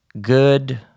good